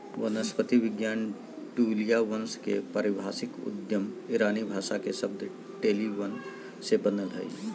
वनस्पति विज्ञान ट्यूलिया वंश के पारिभाषिक उद्गम ईरानी भाषा के शब्द टोलीबन से बनल हई